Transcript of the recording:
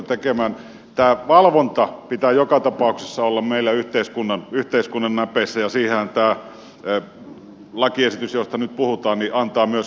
tämän valvonnan pitää joka tapauksessa olla meillä yhteiskunnan näpeissä ja siihenhän tämä lakiesitys josta nyt puhutaan antaa myöskin mahdollisuuden